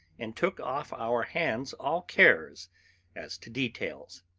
and took off our hands all cares as to details.